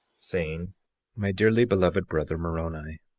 saying my dearly beloved brother, moroni,